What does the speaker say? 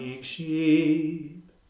sheep